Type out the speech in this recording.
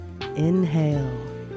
Inhale